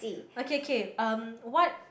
okay K um what